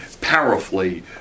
powerfully